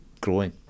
growing